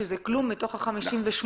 שזה כלום מתוך ה-58.